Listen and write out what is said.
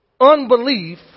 unbelief